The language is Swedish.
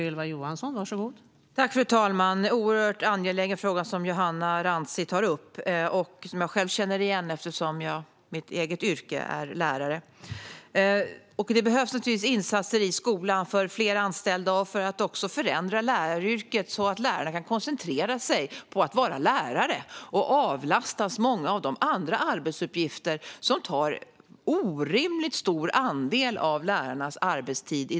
Fru talman! Det är en oerhört angelägen fråga som Johanna Rantsi tar upp. Jag känner själv igen den eftersom mitt eget yrke är lärare. Det behövs naturligtvis insatser i skolan för fler anställda och för att förändra läraryrket så att lärare kan koncentrera sig på att vara lärare och avlastas många av de andra arbetsuppgifter som i dag tar en orimligt stor andel av lärarnas arbetstid.